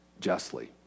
justly